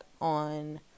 on